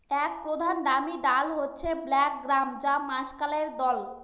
এক প্রধান দামি ডাল হচ্ছে ব্ল্যাক গ্রাম বা মাষকলাইর দল